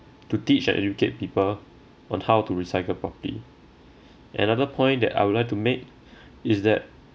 to teach and educate people on how to recycle properly another point that I would like to make is that